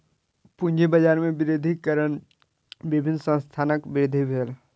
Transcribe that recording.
पूंजी बाजार में वृद्धिक कारण विभिन्न संस्थानक वृद्धि भेल